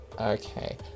Okay